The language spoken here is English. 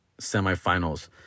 semifinals